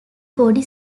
body